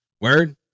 Word